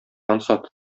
ансат